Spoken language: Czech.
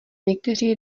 někteří